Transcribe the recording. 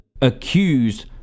accused